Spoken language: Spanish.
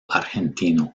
argentino